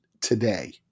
today